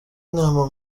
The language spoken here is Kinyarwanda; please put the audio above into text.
n’inama